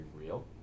real